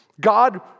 God